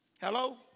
Hello